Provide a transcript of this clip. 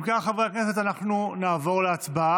אם כך, חברי הכנסת, אנחנו נעבור להצבעה.